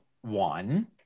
one